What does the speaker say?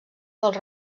dels